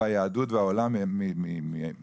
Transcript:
היהדות והעולם היהודי,